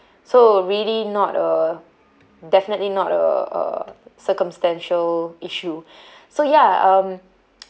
so really not a definitely not a a circumstantial issue so ya um